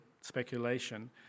speculation